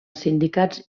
sindicats